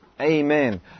Amen